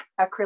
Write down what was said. acrylic